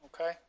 Okay